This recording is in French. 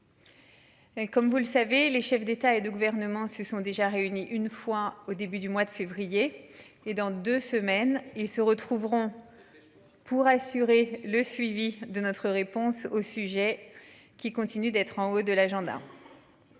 comme vous le savez, les chefs d'État et de gouvernement se sont déjà réunis une fois au début du mois de février et dans deux semaines, ils se retrouveront. Pour assurer le suivi de notre réponse au sujet qui continue d'être en haut de l'agenda.